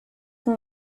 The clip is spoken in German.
nun